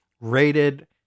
Rated